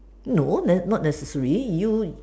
no not necessary you